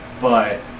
but-